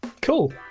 Cool